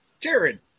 Jared